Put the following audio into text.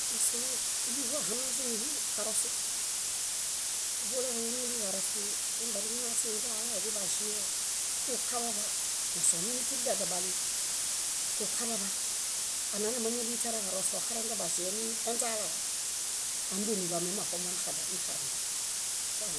Ñásoo óliho ohamezuni karosu. Kúḃolaġaġuñali karosu nuġumbenuġuna siinźalae, biḃaĵie, kuġukaḃaḃa, ñásoo mimitiri dedobalo, kuġukaḃaḃa, anana máñali tiareġarosu oxarendo baĵie ni enźalae, ámbieniɭo mimoṗomo naxaź- naxarendo.